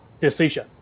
decision